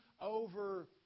over